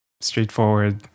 straightforward